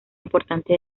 importante